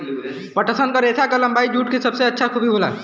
पटसन क रेसा क लम्बाई जूट क सबसे अच्छा खूबी होला